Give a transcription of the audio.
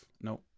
no